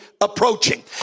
approaching